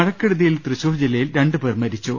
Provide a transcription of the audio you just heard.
മഴക്കെടുതിയിൽ തൃശൂർ ജില്ലയിൽ രണ്ടുപേർ മരിച്ചു